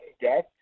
death